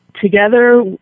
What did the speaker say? Together